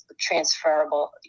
transferable